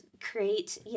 create